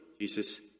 Jesus